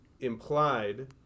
Implied